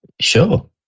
Sure